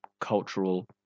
cultural